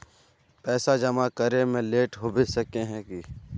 पैसा जमा करे में लेट होबे सके है की?